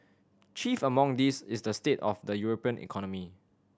chief among these is the state of the European economy